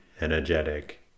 energetic